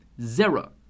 zero